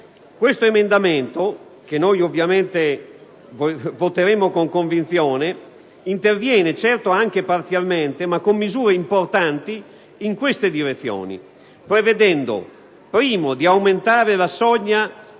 Questo emendamento, che noi ovviamente voteremo con convinzione, interviene certo anche parzialmente, ma con misure importanti in queste direzioni, prevedendo per prima cosa